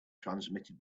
transmitted